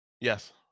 Yes